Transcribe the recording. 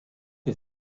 est